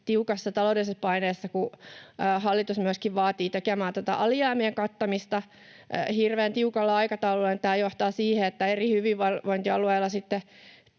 tiukassa taloudellisessa paineessa, kun hallitus myöskin vaatii tekemään tätä alijäämien kattamista hirveän tiukalla aikataululla, niin tämä johtaa siihen, että eri hyvinvointialueilla